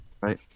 Right